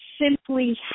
simply